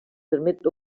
permet